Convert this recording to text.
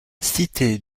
cite